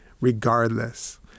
regardless